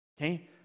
Okay